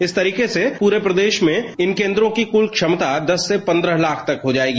इस तरीके से पूरे प्रदेश में इन केंद्रों की कुल क्षमता दस से पंद्रह लाख तक हो जाएगी